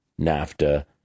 NAFTA